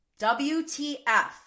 WTF